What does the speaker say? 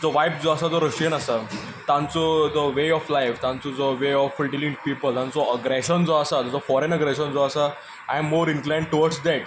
जो वायब जो आसा तो रशियेंत आसा तांचो जो वे ऑफ लायफ तांचो जो वे ऑफ डिलींग पिपल तांचो अग्रेशन जो आसा जो फोरेन अग्रेशन जो आसा I am more inclined towards date